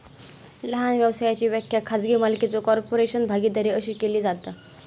लहान व्यवसायाची व्याख्या खाजगी मालकीचो कॉर्पोरेशन, भागीदारी अशी केली जाता